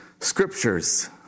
scriptures